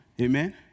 Amen